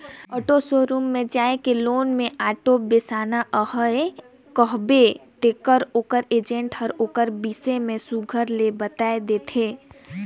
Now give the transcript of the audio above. auto showroom म जाए के लोन में आॅटो बेसाना अहे कहबे तेकर ओ एजेंट हर ओकर बिसे में सुग्घर ले बताए देथे